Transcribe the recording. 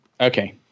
Okay